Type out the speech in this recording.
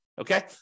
okay